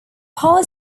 power